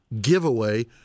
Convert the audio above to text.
giveaway